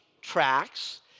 tracks